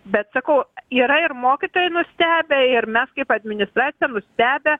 bet sakau yra ir mokytojai nustebę ir mes kaip administracija nustebę